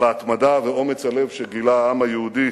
על ההתמדה ואומץ הלב שגילה העם היהודי